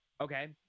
Okay